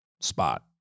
spot